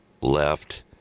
left